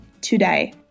today